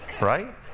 right